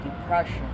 depression